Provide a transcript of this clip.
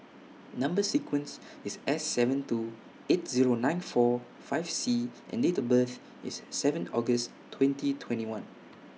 Number sequence IS S seven two eight Zero nine four five C and Date of birth IS seven August twenty twenty one